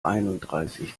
einunddreißig